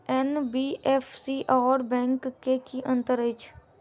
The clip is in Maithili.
एन.बी.एफ.सी आओर बैंक मे की अंतर अछि?